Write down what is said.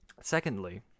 Secondly